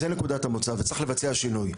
זאת נקודת המוצא, וצריך לבצע שינוי.